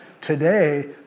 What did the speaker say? today